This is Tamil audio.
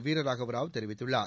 வீரராகவராவ் தெரிவித்துள்ளார்